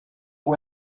who